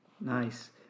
Nice